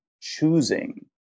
choosing